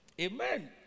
Amen